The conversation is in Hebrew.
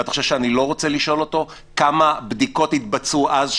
אתה חושב שאני לא רוצה לשאול אותו כמה בדיקות התבצעו אז,